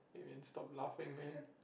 you can stop laughing man